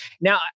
Now